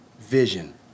vision